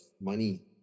money